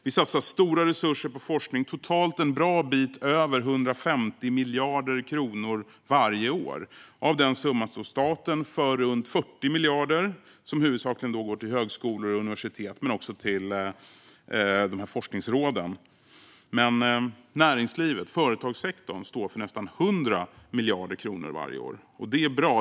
Vi satsar stora resurser på forskning, totalt en bra bit över 150 miljarder kronor varje år. Av den summan står staten för runt 40 miljarder, som huvudsakligen går till högskolor och universitet men också till forskningsråden. Men näringslivet, företagssektorn, står för nästan 100 miljarder kronor varje år. Det är bra.